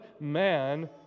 man